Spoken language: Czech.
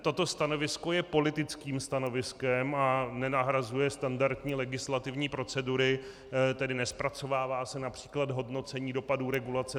Toto stanovisko je politickým stanoviskem a nenahrazuje standardní legislativní procedury, tedy nezpracovává se například hodnocení dopadů regulace.